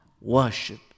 worship